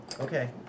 Okay